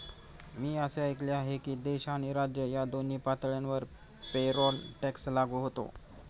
मी असे ऐकले आहे की देश आणि राज्य या दोन्ही पातळ्यांवर पेरोल टॅक्स लागू होतो